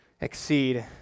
exceed